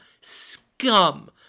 Scum